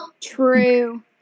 True